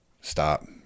stop